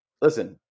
listen